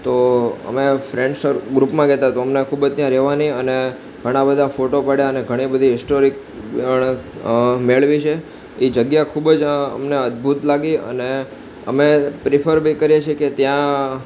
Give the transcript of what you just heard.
તો અમે ફ્રેન્ડસ ગ્રૂપમાં ગયા હતા તો અમને ખૂબ જ ત્યાં રહેવાની અને ઘણાબધા ફોટો પાડ્યા અને ઘણીબધી હિસ્ટોરિક મેળવી છે ઈ જગ્યા ખૂબ જ અમને અદ્ભૂત લાગી અને અમે પ્રિફર બી કરીએ છીએ કે ત્યાં